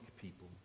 people